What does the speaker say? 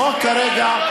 החוק כרגע לא מאפשר את זה.